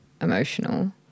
emotional